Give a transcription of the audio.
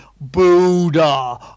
Buddha